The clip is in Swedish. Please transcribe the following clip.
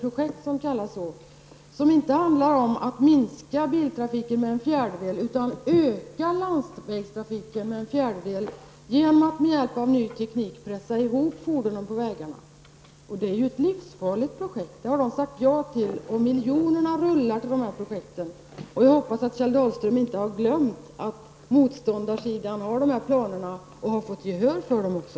Det handlar inte om att minska biltrafiken med en fjärdedel, utan om att öka landvägstrafiken med en fjärdedel genom att med hjälp av ny teknik pressa ihop fordonen på vägarna. Det är ett livsfarligt projekt. Det har de sagt ja till. Miljonerna rullar till dessa projekt. Jag hoppas att Kjell Dahlstöm inte har glömt att motståndarsidan har dessa planer och har fått gehör för dem också.